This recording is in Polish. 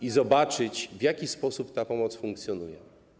i zobaczyć, w jaki sposób ta pomoc funkcjonuje.